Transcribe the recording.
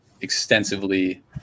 extensively